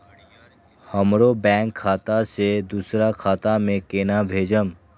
हमरो बैंक खाता से दुसरा खाता में केना भेजम?